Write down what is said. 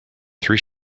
three